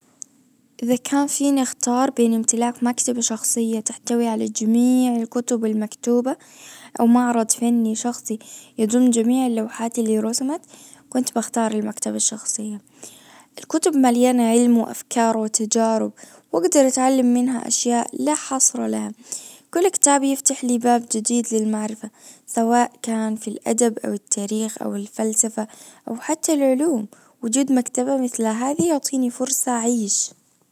اذا كان فيني اختار بين امتلاك مكتبه شخصية تحتوي على جميع الكتب المكتوبة او معرض فني شخصي يضم جميع اللوحات اللي رسمت كنت بختار المكتبة الشخصية الكتب مليانة علم وافكار وتجارب واجدر اتعلم منها اشياء لا حصر لها كل كتاب يفتح لي باب جديد للمعرفة سواء كان في الادب او التاريخ او الفلسفة او حتى العلوم وجود مكتبة مثل هذي يعطيني فرصة أعيش.